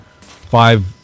five